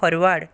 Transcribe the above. forward